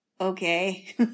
Okay